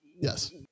Yes